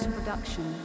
Production